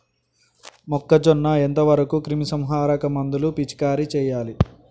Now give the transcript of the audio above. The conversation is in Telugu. మొక్కజొన్న ఎంత వరకు క్రిమిసంహారక మందులు పిచికారీ చేయాలి?